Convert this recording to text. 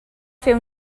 fer